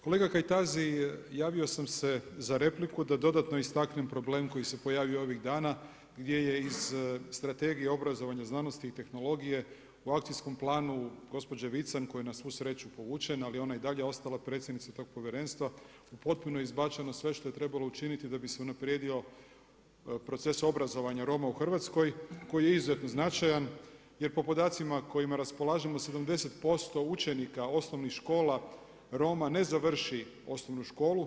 Kolega Kajtazi, javio sam se za repliku, da dodatno istaknem problem koji se pojavio ovih dana, gdje je iz Strategije obrazovanja znanosti i tehnologije u akcijskom planu gospođe Vican koja nas na svu sreću povućena, ali ona je i dalje ostala predsjednica tog povjerenstva, potpuno izbačeno sve što je trebalo učiniti da bi se unaprijedio proces obrazovanja Roma u Hrvatskoj, koji je izuzetno značajan, jer po podacima kojima raspolažemo, 70% učenika osnovnih škola, Roma, ne završi osnovnu školu.